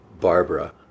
Barbara